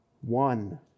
One